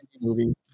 movie